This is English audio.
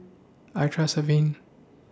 I Trust Avene